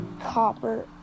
copper